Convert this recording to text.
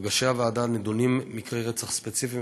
במפגשי הוועדה נדונים מקרי רצח ספציפיים,